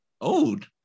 old